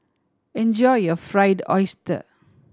enjoy your Fried Oyster